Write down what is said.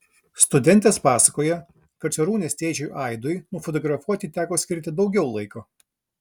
studentės pasakoja kad šarūnės tėčiui aidui nufotografuoti teko skirti daugiau laiko